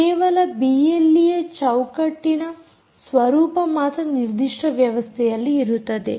ಕೇವಲ ಬಿಎಲ್ಈಯ ಚೌಕಟ್ಟಿನ ಸ್ವರೂಪ ಮಾತ್ರ ನಿರ್ದಿಷ್ಟ ವ್ಯವಸ್ಥೆಯಲ್ಲಿ ಇರುತ್ತದೆ